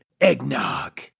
eggnog